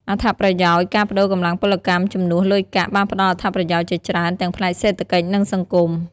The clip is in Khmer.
អត្ថប្រយោជន៍ការប្តូរកម្លាំងពលកម្មជំនួសលុយកាក់បានផ្តល់អត្ថប្រយោជន៍ជាច្រើនទាំងផ្នែកសេដ្ឋកិច្ច និងសង្គម